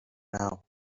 now